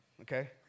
okay